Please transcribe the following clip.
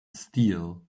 steel